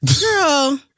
girl